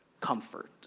comfort